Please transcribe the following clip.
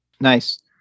Nice